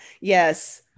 Yes